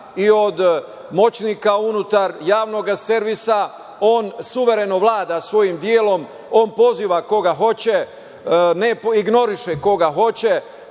i od moćnika unutar Javnog servisa, on suvereno vlada svojim delom, on poziva koga hoće, ignoriše koga hoće